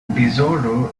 disorder